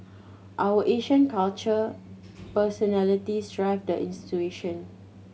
our Asian culture personalities drive the institution